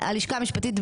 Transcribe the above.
מה זה הפסקה עד יום שלישי